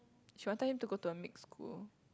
she wanted him to go to a mixed school